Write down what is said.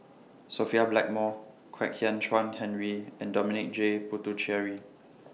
Sophia Blackmore Kwek Hian Chuan Henry and Dominic J Puthucheary